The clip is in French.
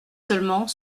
seulement